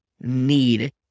need